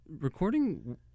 recording